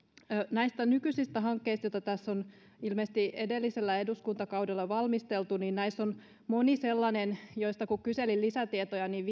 näistä nykyisistä hankkeista joita tässä on ilmeisesti edellisellä eduskuntakaudella valmisteltu on moni sellainen joista kun kyselin lisätietoja niin